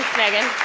megan.